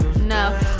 No